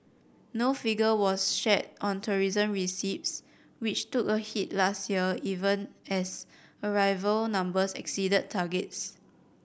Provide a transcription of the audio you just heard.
no figure was shared on tourism receipts which took a hit last year even as arrival numbers exceeded targets